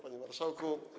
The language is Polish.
Panie Marszałku!